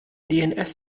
dns